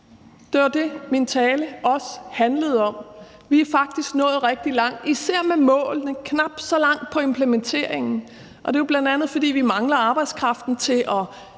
Det var også det, min tale handlede om. Vi er faktisk nået rigtig langt især med målene, men knap så langt med implementeringen, og det er jo bl.a., fordi vi mangler arbejdskraften til at